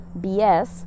BS